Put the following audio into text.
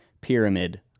Pyramid